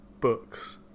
books